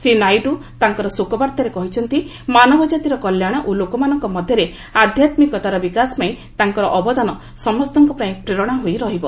ଶ୍ରୀ ନାଇଡ଼ୁ ତାଙ୍କର ଶୋକବାତ୍ତାରେ କହିଛନ୍ତି ମାନବ ଜାତିର କଲ୍ୟାଣ ଓ ଲୋକମାନଙ୍କ ମଧ୍ୟରେ ଆଧ୍ଯାତ୍ମିକତାର ବିକାଶ ପାଇଁ ତାଙ୍କର ଅବଦାନ ସମସ୍ତଙ୍କ ପାଇଁ ପ୍ରେରଣା ହୋଇ ରହିବ